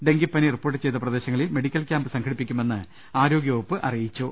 ഡെങ്കിപ്പനി റിപ്പോർട്ട് ചെയ്ത പ്രദേശങ്ങളിൽ മെഡിക്കൽ ക്യാമ്പ് സംഘടിപ്പി ക്കുമെന്ന് ആരോഗ്യവകുപ്പ് അറിയിച്ചു